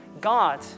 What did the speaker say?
God